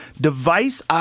device